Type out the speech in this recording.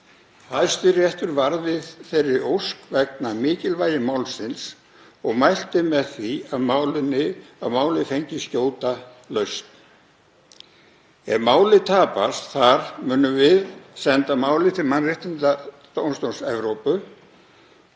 Hæstiréttur varð við þeirri ósk vegna mikilvægis málsins og mælti með því að málið fengi skjóta lausn. Ef málið tapast þar munum við senda málið til Mannréttindadómstóls Evrópu